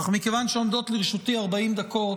אך מכיוון שעומדות לרשותי 40 דקות,